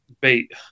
bait